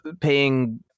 paying